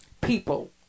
people